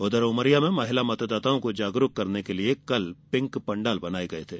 उघर उमरिया में महिला मतदाताओं को जागरूक करने के लिए कल पिंक पंडाल बनाये गये थे